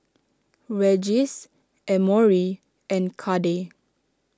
Regis Emory and Cade